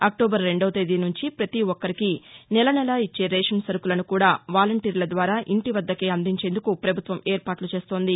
October రెండో తేదీ నుంచి పతి ఒక్కరికి నెలనెలా ఇచ్చే రేషన్ సరుకులను కూడా వలంటీర్ల ద్వారా ఇంటివద్దకే అందించేందుకు ప్రభుత్వం ఏర్పాట్ల చేస్తోంది